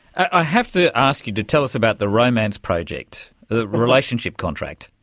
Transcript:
i have to ask you to tell us about the romance project, the relationship contract.